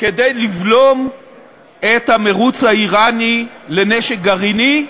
כדי לבלום את המירוץ האיראני לנשק גרעיני,